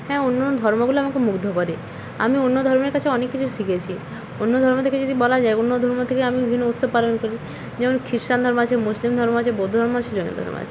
হ্যাঁ অন্য ধর্মগুলো আমাকে মুগ্ধ করে আমি অন্য ধর্মের কাছে অনেক কিছু শিখেছি অন্য ধর্ম থেকে যদি বলা যায় অন্য ধর্ম থেকে আমি বিভিন্ন উৎসব পালন করি যেমন খ্রিশ্চান ধর্ম আছে মুসলিম ধর্ম আছে বৌদ্ধ ধর্ম আছে জৈন ধর্ম আছে